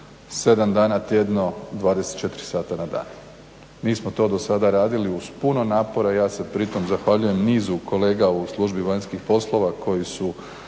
7 dana tjedno 24 sata na dan. Mi smo to do sada radili uz puno napora, ja se pri tome zahvaljujem nizu kolega u službi vanjskih poslova koji su